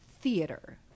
theater